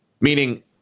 Meaning